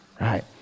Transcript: right